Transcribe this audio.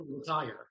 retire